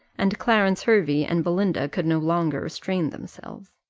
and clarence hervey and belinda could no longer restrain themselves.